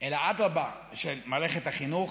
של מערכת החינוך.